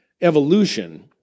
evolution